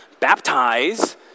baptize